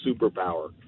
superpower